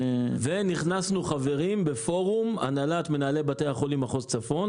ונכנסנו בפורום הנהלת מנהלי בתי החולים מחוז צפון.